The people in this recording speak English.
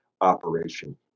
operation